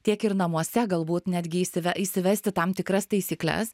tiek ir namuose galbūt netgi įsivesti tam tikras taisykles